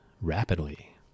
rapidly